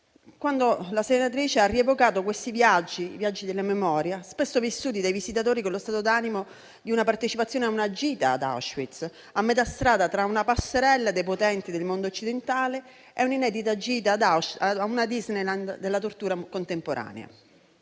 quando la senatrice ha rievocato i viaggi della memoria spesso vissuti dai visitatori con lo stato d'animo di una partecipazione a una gita ad Auschwitz, a metà strada tra una passerella dei potenti del mondo occidentale e una gita a una Disneyland della tortura contemporanea.